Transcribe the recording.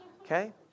Okay